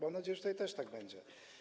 Mam nadzieję, że tutaj też tak będzie.